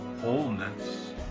wholeness